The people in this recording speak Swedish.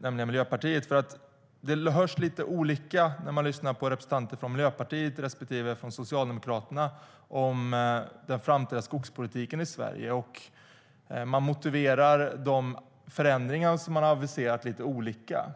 nämligen Miljöpartiet. Det låter lite olika när man lyssnar på vad representanter från Miljöpartiet respektive Socialdemokraterna säger om den framtida skogspolitiken i Sverige. Man motiverar också de förändringar som har aviserats lite olika.